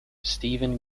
stephen